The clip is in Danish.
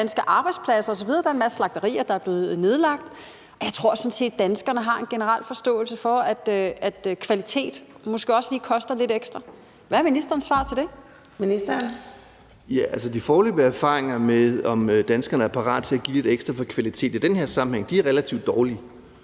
danske arbejdspladser osv. Der er en masse slagterier, der er blevet nedlagt. Jeg tror sådan set, at danskerne har en generel forståelse for, at kvalitet måske også lige koster lidt ekstra. Hvad er ministerens svar til det? Kl. 14:31 Fjerde næstformand (Karina Adsbøl): Ministeren. Kl. 14:31 Ministeren for fødevarer, landbrug